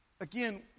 again